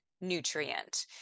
nutrient